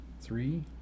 three